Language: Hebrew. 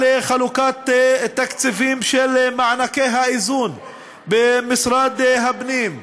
שנגעה בחלוקת תקציבים של מענקי איזון במשרד הפנים,